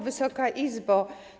Wysoka Izbo!